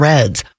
Reds